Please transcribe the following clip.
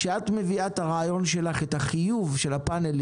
כשאת מביאה את הרעיון שלך, את החיוב של הפאנלים